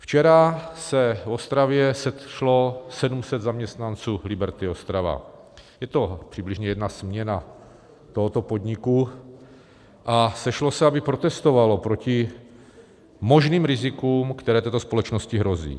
Včera se v Ostravě sešlo 700 zaměstnanců Liberty Ostrava, je to přibližně jedna směna tohoto podniku, a sešlo se, aby protestovalo proti možným rizikům, které této společnosti hrozí.